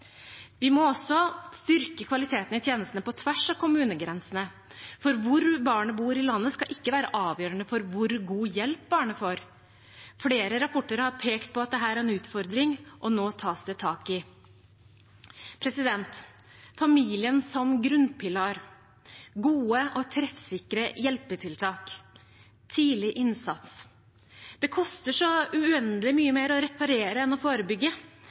Vi må også styrke kvaliteten i tjenestene på tvers av kommunegrensene, for hvor barnet bor i landet, skal ikke være avgjørende for hvor god hjelp barnet får. Flere rapporter har pekt på at dette er en utfordring, og nå tas det tak i. Familien som grunnpilar, gode og treffsikre hjelpetiltak, tidlig innsats – det koster så uendelig mye mer å reparere enn å forebygge.